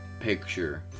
picture